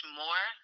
more